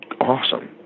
awesome